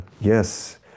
yes